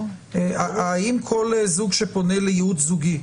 האם כל זוג שפונה לייעוץ זוגי,